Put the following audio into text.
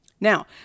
Now